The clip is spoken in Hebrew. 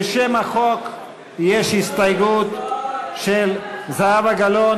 לשם החוק יש הסתייגות של זהבה גלאון,